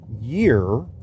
year